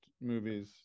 movies